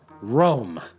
Rome